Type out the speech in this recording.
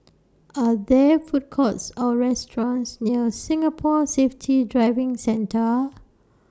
Are There Food Courts Or restaurants near Singapore Safety Driving Centre